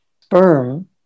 sperm